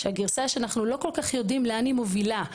הגירסה שאנחנו לא כל כך יודעים לאן היא מובילה,